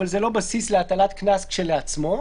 אבל זה לא בסיס להטלת קנס כשלעצמו.